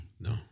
No